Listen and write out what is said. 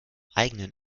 eigenen